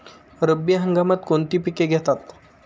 रब्बी हंगामात कोणती पिके घेतात?